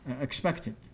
expected